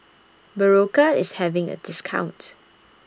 Berocca IS having A discount